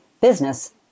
business